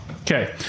Okay